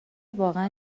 واقعا